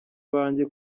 banjye